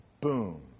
boom